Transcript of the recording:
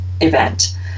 event